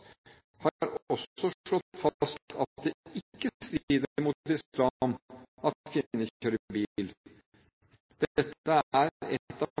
har også slått fast at det ikke strider mot islam at kvinner kjører bil. Dette er én av